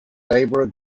labour